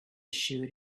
shoot